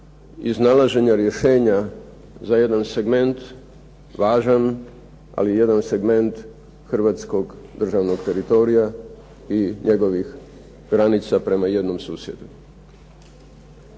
iznalaženja rješenja za jedan segment važan, ali jedan segment hrvatskog državnog teritorija i njegovih granica prema jednom susjedu.